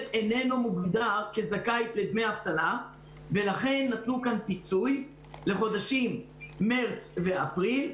אינו מוגדר כזכאי לדמי אבטלה ולכן נתנו פיצוי לחודשים מרץ ואפריל.